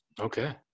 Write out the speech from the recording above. Okay